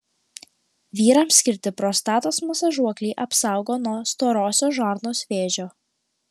vyrams skirti prostatos masažuokliai apsaugo nuo storosios žarnos vėžio